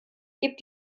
gibt